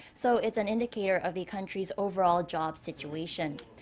so it's an indicator of the country's overall job situation.